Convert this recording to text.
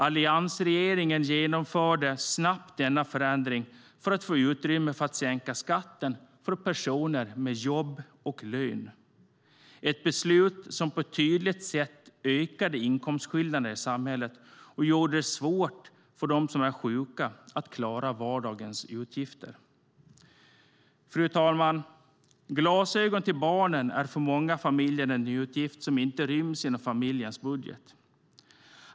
Alliansregeringen genomförde snabbt denna förändring för att få utrymme för att sänka skatten för personer med jobb och lön - ett beslut som på ett tydligt sätt ökade inkomstskillnaderna i samhället och gjorde det svårt för de sjuka att klara vardagens utgifter. Fru talman! Glasögon till barnen är för många familjer en utgift som inte ryms inom familjens budget.